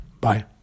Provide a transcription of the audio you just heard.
bye